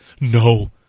No